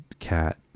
cat